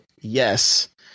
yes